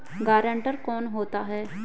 Guarantor कौन होता है?